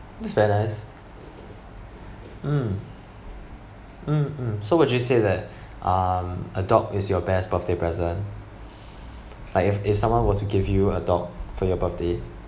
that's very nice mm mm mm so would you say that um a dog is your best birthday present like if if someone was to give you a dog for your birthday